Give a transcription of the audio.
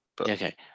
okay